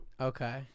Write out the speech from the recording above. Okay